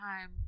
time